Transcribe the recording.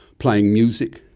playing music,